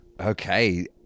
okay